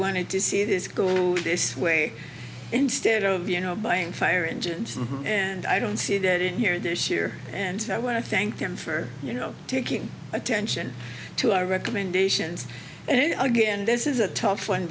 wanted to see this go this way instead of you know buying fire engines and i don't see that in here this year and i want to thank them for you know taking attention to our recommendations and again this is a tough one